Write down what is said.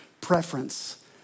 preference